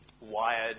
wired